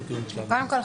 קודם כול,